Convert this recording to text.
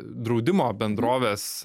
draudimo bendrovės